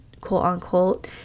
quote-unquote